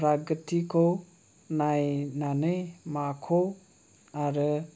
फ्रागोथिखौ नायनानै माखौ आरो